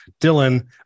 Dylan